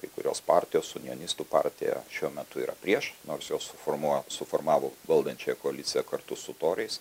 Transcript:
kai kurios partijos sunjonistų partija šiuo metu yra prieš nors jos suformuo suformavo valdančiąją koaliciją kartu su toriais